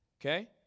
okay